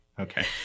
Okay